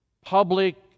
public